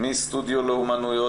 מנשר לאומנות,